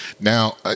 Now